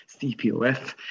CPOF